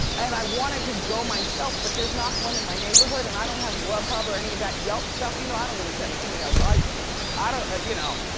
and i wanted to go myself but there's not one in my neighborhood and i don't grubhub or any of that yelp stuff, you know, i don't even send an email, so i, i don't, ah you know.